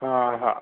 हा हा